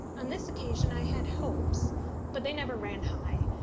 on this occasion i had hopes but they never ran high,